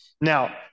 Now